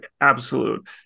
absolute